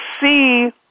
see